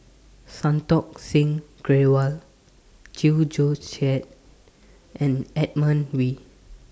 Santokh Singh Grewal Chew Joo Chiat and Edmund Wee